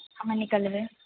हमे निकलबे